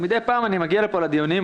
אבל מדי פעם אני מגיע לפה לדיונים,